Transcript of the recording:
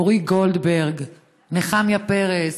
מורי גולדברג, נחמיה פרס,